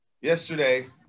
yesterday